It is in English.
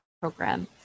program